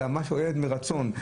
אלא מרצון,